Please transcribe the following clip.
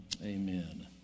Amen